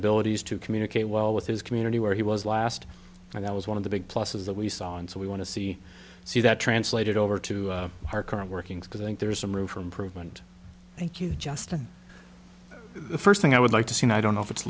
abilities to communicate well with his community where he was last and that was one of the big pluses that we saw and so we want to see see that translated over to our current workings because i think there is some room for improvement thank you justin the first thing i would like to see i don't know if it's